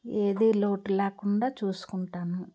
ఏది లోటు లేకుండా చూసుకుంటాను